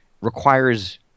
requires